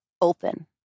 open